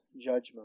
judgment